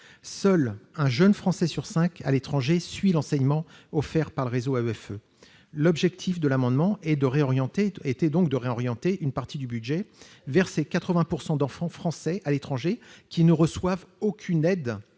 seul un jeune Français sur cinq à l'étranger suit l'enseignement offert par le réseau AEFE, cet amendement vise à réorienter une partie du budget vers les 80 % d'enfants français à l'étranger qui ne reçoivent aucune aide